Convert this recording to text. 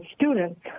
students